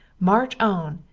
march on.